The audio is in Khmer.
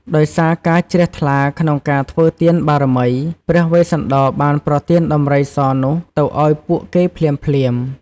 ដោយសាការជ្រះថ្លាក្នុងការធ្វើទានបារមី ព្រះវេស្សន្តរបានប្រទានដំរីសនោះទៅឱ្យពួកគេភ្លាមៗ។